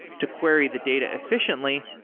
to query the data efficiently,